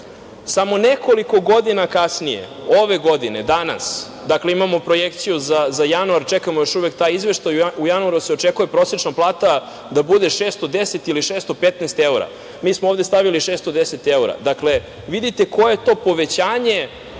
Samo nekoliko godina kasnije, ove godine, danas, imamo projekciju za januar, čekamo taj izveštaj, u januaru se očekuje da prosečna plata bude 610 ili 615 evra. Mi smo ovde stavili 610 evra. Dakle, vidite koje je to povećanje